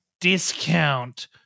discount